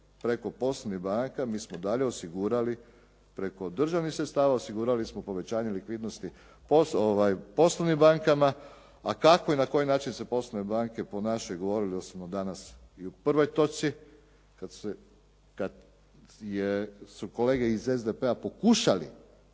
preko poslovnih banaka, mi smo dalje osigurali preko državnih sredstava osigurali smo povećanje likvidnosti poslovnim bankama, a kako i na koji način se poslovne banke ponašaju govorili smo danas i u prvoj točci, kad su kolege iz SDP-a pokušali,